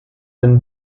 den